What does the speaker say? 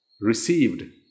received